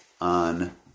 on